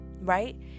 right